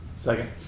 second